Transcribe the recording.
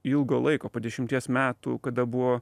ilgo laiko po dešimties metų kada buvo